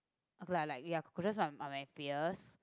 okay like like ya cockroaches are are my fears